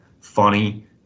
funny